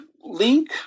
Link